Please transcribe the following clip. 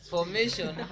Formation